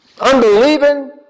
unbelieving